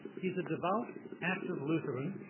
he's a devout active lutheran,